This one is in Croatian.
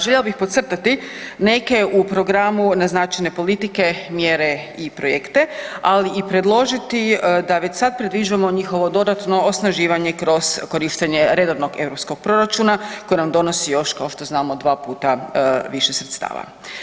Željela bih podcrtati neke u programu naznačene politike, mjere i projekte, ali i predložiti da već sada predviđamo njihovo dodatno osnaživanje kroz korištenje redovnog europskog proračuna koji nam donosi još kao što znamo dva puta više sredstava.